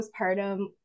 postpartum